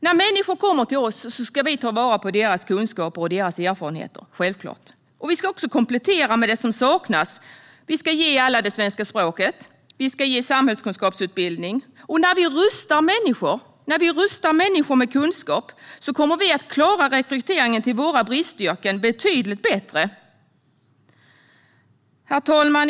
När människor kommer till oss ska vi självklart ta vara på deras kunskaper och erfarenheter. Vi ska också komplettera med det som saknas. Vi ska ge alla det svenska språket och samhällskunskapsutbildning. När vi rustar människor med kunskap kommer vi att klara rekryteringen till våra bristyrken betydligt bättre. Herr talman!